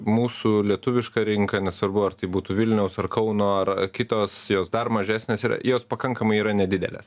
mūsų lietuviška rinka nesvarbu ar tai būtų vilniaus ar kauno ar ar kitos jos dar mažesnės yra jos pakankamai yra nedidelės